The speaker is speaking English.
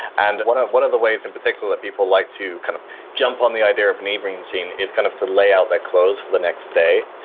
and one one of the ways in particular that people like to kind of jump on the idea of an evening and routine is kind of to lay out their clothes for the next day.